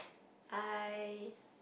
I